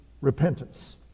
repentance